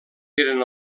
eren